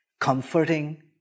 comforting